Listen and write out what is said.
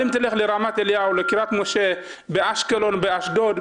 אם תלך לרמת אליהו, לקרית משה באשקלון ועוד,